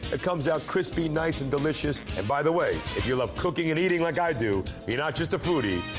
it comes out crispy, nice and delicious. and by the way, if you love cooking and eating like i do, you're not just a foodie.